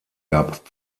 gab